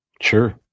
Sure